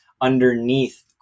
underneath